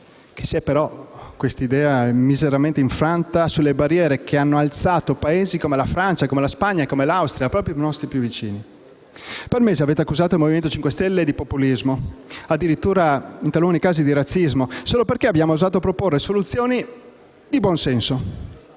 che si è miseramente infranta sulle barriere che hanno alzato Paesi come la Francia, la Spagna, l'Austria, i nostri vicini. Per mesi avete accusato il Movimento 5 Stelle di populismo, addirittura in taluni casi di razzismo, solo perché abbiamo osato proporre soluzioni di buonsenso,